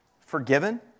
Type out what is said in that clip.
forgiven